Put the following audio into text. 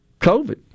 COVID